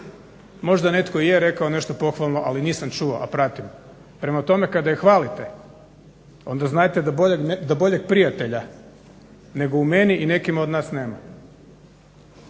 Možda netko i je rekao nešto pohvalo, ali nisam čuo a pratio. Prema tome kada je hvalite onda znajte da boljeg prijatelja nego u meni i nekima od nas nema.